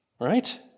right